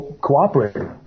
cooperating